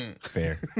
Fair